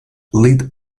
lead